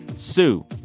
sue,